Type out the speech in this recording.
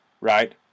right